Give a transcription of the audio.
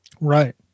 Right